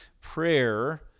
Prayer